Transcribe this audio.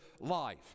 life